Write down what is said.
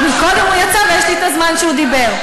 קודם הוא יצא ויש לי את הזמן שהוא דיבר.